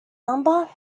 number